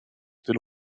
den